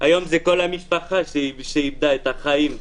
היום כל המשפחה איבדה את החיים,